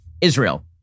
Israel